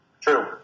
True